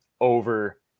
over